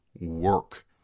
Work